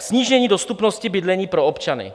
Snížení dostupnosti bydlení pro občany.